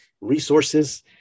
resources